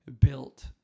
built